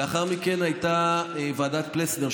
לאחר מכן הייתה ועדת פלסנר,